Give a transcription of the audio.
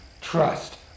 trust